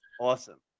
awesome